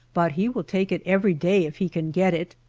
but he will take it every day if he can get it.